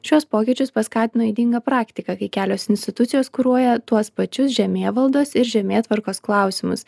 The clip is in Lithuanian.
šiuos pokyčius paskatino ydinga praktika kai kelios institucijos kuruoja tuos pačius žemėvaldos ir žemėtvarkos klausimus